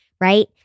right